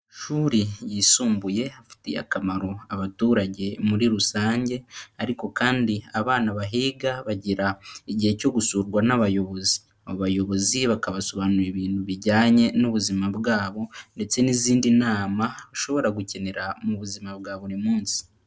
Amashuri yisumbuye afitiye akamaro abaturage muri rusange, ariko kandi abana bahiga bagira igihe cyo gusurwa n'abayobozi, abayobozi bakabasobanurira ibintu bijyanye n'ubuzima bwabo ndetse n'izindi nama bashobora gukenera mu buzima bwa buri munsi.